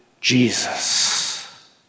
Jesus